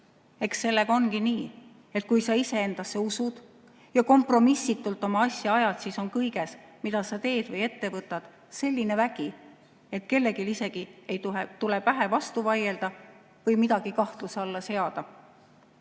ongi nii, et kui sa iseendasse usud ja kompromissitult oma asja ajad, siis on kõiges, mida sa teed või ette võtad, selline vägi, et kellelgi isegi ei tule pähe vastu vaielda või midagi kahtluse alla seada.